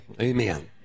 Amen